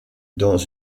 dans